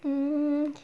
mm